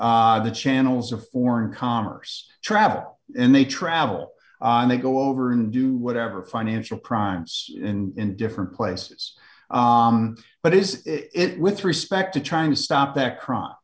use the channels of foreign commerce travel in they travel and they go over and do whatever financial crimes in different places but is it with respect to trying to stop that crime